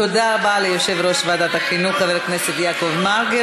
תודה רבה ליושב-ראש ועדת החינוך חבר הכנסת יעקב מרגי.